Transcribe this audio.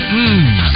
Mmm